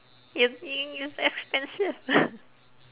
it's expensive